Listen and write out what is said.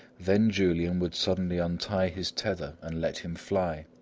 then julian would suddenly untie his tether and let him fly,